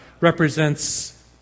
represents